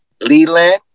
Leland